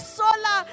sola